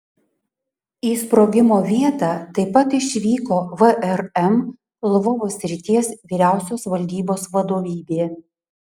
į sprogimo vietą taip pat išvyko vrm lvovo srities vyriausios valdybos vadovybė